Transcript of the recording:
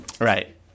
Right